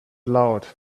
loud